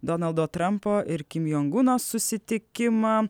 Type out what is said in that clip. donaldo trampo ir kim jong uno susitikimą